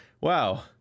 wow